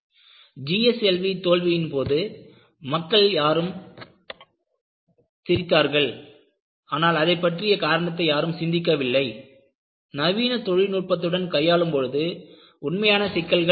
GLSV தோல்வியின் போது மக்கள் சிரித்தார்கள் ஆனால் அதைப்பற்றிய காரணத்தை யாரும் சிந்திக்கவில்லை நவீன தொழில்நுட்பத்துடன் கையாளும் போது உண்மையான சிக்கல்கள் உள்ளன